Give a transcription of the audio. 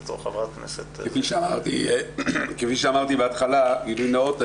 כפי שאמרתי בהתחלה גילוי נאות,